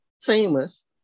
famous